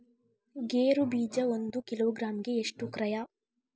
ಗೇರು ಬೀಜ ಒಂದು ಕಿಲೋಗ್ರಾಂ ಗೆ ಎಷ್ಟು ಕ್ರಯ?